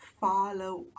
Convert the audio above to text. follow